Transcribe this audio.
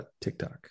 TikTok